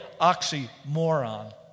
oxymoron